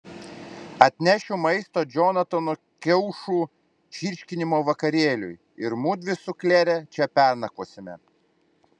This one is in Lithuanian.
atnešiu maisto džonatano kiaušų čirškinimo vakarėliui ir mudvi su klere čia pernakvosime